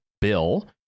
bill